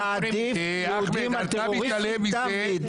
נעדיף יהודים על טרוריסטים תמיד.